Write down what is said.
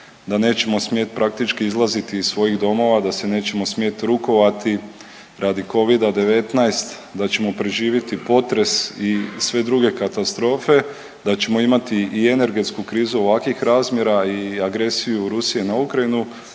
da nećemo smjeti praktički izlaziti iz svojih domova, da se nećemo smjeti rukovati radi covida 19, da ćemo preživjeti potres i sve druge katastrofe, da ćemo imati i energetsku krizu ovakvih razmjera i agresiju Rusije na Ukrajinu